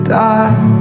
die